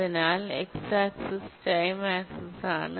അതിനാൽ x axis time ആക്സിസാണ്